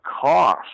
cost